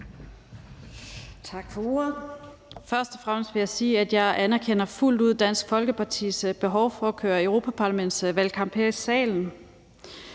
Tak for ordet. Først og fremmest vil jeg sige, at jeg fuldt ud anerkender Dansk Folkepartis behov for at føre europaparlamentsvalgkamp her i salen.